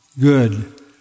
good